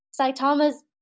saitama's